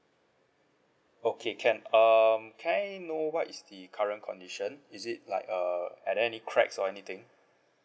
okay can um can I know what is the current condition is it like err are there any cracks or anything